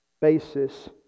basis